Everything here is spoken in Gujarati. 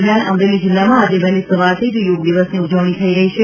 દરમિયાન અમરેલી જિલ્લામાં આજે વહેલી સવારથી જ યોગ દિવસની ઉજવણી થઈ રહી છે